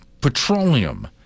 petroleum